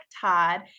Todd